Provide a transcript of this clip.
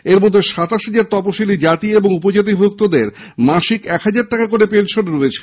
এরমধ্যে সাতাশ হাজার তপশিলি জাতি ও উপজাতিভুক্তদের মাসিক এক হাজার টাকা করে পেনশন রয়েছে